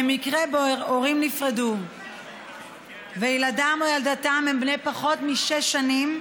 במקרה שבו הורים נפרדו וילדם או ילדתם הם בני פחות משש שנים,